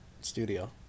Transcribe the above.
studio